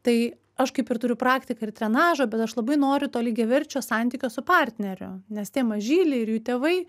tai aš kaip ir turiu praktiką ir trenažo bet aš labai noriu to lygiaverčio santykio su partneriu nes tie mažyliai ir jų tėvai